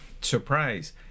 surprise